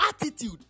attitude